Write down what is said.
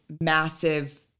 massive